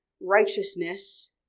righteousness